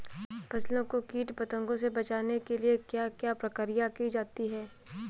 फसलों को कीट पतंगों से बचाने के लिए क्या क्या प्रकिर्या की जाती है?